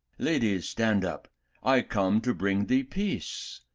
lady, stand up i come to bring thee peace,